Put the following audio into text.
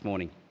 morning